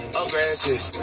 aggressive